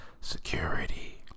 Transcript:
security